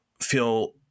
feel